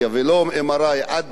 עד גיל 50,